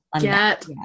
Get